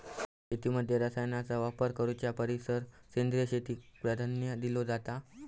शेतीमध्ये रसायनांचा वापर करुच्या परिस सेंद्रिय शेतीक प्राधान्य दिलो जाता